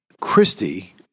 Christie